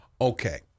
Okay